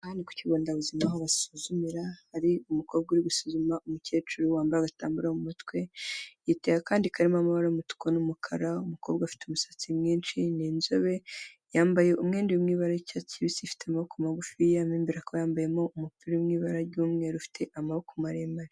Aha ni ku kigo nderabuzima aho basuzumira hari umukobwa uri gusuzuma umukecuru wambaye agatambaro mu mutwe, yiteye akandi karimo amabara y'umutuku n'umukara. Umukobwa ufite umusatsi mwinshi ni inzobe, yambaye umwenda uri mu ibara ry'icyatsi kibisi ifite amaboko magufiya mo imbere akaba yambayemo umupira uri mu ibara ry'umweru ufite amaboko maremare.